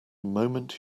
moment